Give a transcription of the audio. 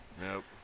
Nope